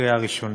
לקריאה ראשונה.